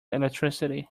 electricity